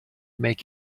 make